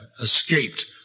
escaped